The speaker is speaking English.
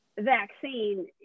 vaccine